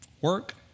Work